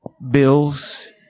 bills